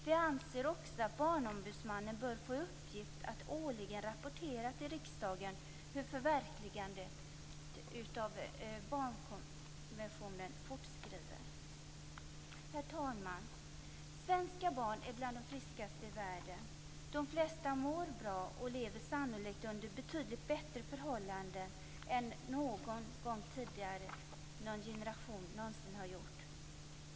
Vi anser också att Barnombudsmannen bör få i uppgift att årligen rapportera till riksdagen hur förverkligandet av barnkonventionen fortskrider. Herr talman! Svenska barn är bland de friskaste i världen. De flesta mår bra och lever sannolikt under betydligt bättre förhållanden än någon tidigare generation någonsin gjort.